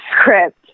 script